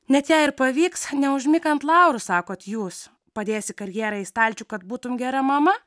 net jei pavyks neužmik ant laurų sakote jūs padėsi karjerą į stalčių kad būtum gera mama